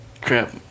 Crap